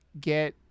get